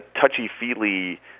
touchy-feely